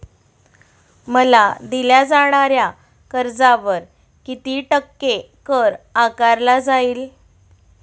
मला दिल्या जाणाऱ्या कर्जावर किती टक्के कर आकारला जाईल?